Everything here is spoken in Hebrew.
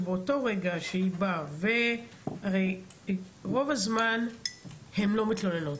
הרי רוב הזמן הן לא מתלוננות.